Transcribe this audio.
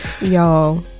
Y'all